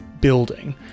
building